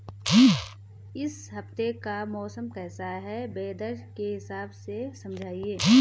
इस हफ्ते का मौसम कैसा है वेदर के हिसाब से समझाइए?